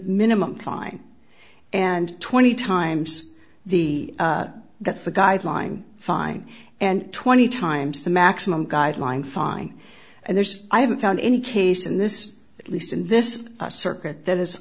minimum fine and twenty times the that's the guideline fine and twenty times the maximum guideline fine and there's i haven't found any case in this at least and this is a circuit that has